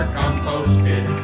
composted